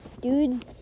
dudes